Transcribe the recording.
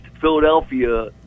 Philadelphia